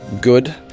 good